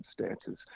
circumstances